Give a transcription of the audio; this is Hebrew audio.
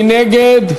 מי נגד?